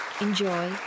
Enjoy